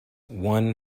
one